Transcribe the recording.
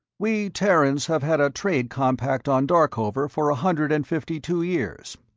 we terrans have had a trade compact on darkover for a hundred and fifty-two years.